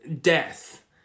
death